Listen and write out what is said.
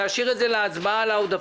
שיש להשאיר את זה להצבעה על העודפים,